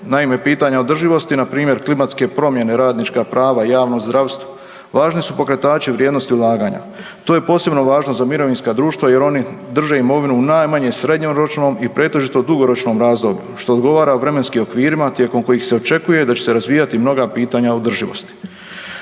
Naime, pitanja održivosti, npr. klimatske promjene, radnička prava, javno zdravstvo, važni su pokretači u vrijednosti ulaganja. To je posebno važno za mirovinska društva jer oni drže imovinu u najmanje srednjoročnom i pretežito dugoročnom razdoblju, što odgovara vremenskim okvirima tijekom kojih se očekuje da će se razvijati mnoga pitanja održivosti.